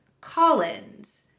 Collins